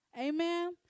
Amen